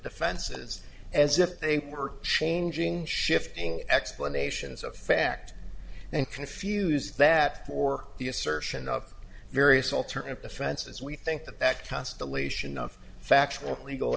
defenses as if they were changing shifting explanations of fact and confuse that for the assertion of various alternatives to france as we think that that constellation of factual legal